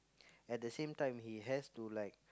at the same time he has to like